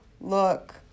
look